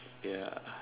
ya